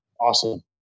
Awesome